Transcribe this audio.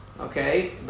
Okay